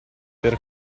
per